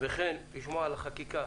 וכן לשמוע על חקיקה